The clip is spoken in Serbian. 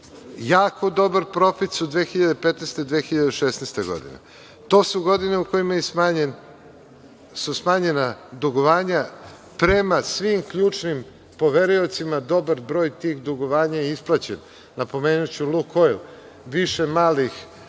jako dobar profit su 2015. i 2016. godina. To su godine u kojima su smanjena dugovanja prema svim ključnim poveriocima, dobar broj tih dugovanja je isplaćen. Napomenuću „Lukoil“, više malih